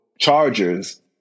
Chargers